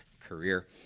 career